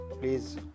please